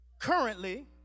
Currently